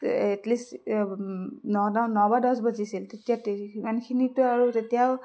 at least ন ন বা দহ বাজিছিল তেতিয়া ইমানখিনিতো আৰু তেতিয়াও